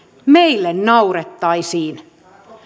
meille naurettaisiin